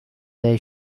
they